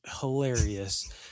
hilarious